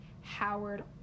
Howard